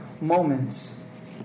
moments